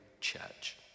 church